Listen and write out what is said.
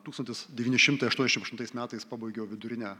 tūkstantis devyni šimtai aštuoniasdešimt aštuntais metais pabaigiau vidurinę